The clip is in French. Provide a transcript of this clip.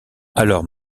alors